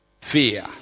fear